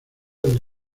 del